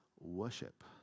worship